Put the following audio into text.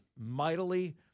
mightily